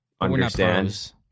understand